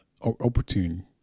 opportune